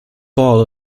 ball